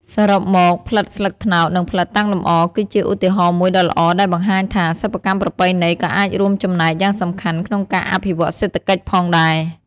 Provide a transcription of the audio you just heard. សរុបមក ផ្លិតស្លឹកត្នោត និងផ្លិតតាំងលម្អ គឺជាឧទាហរណ៍មួយដ៏ល្អដែលបង្ហាញថា សិប្បកម្មប្រពៃណីក៏អាចរួមចំណែកយ៉ាងសំខាន់ក្នុងការអភិវឌ្ឍសេដ្ឋកិច្ចផងដែរ។